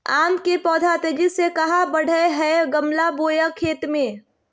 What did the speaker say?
आम के पौधा तेजी से कहा बढ़य हैय गमला बोया खेत मे?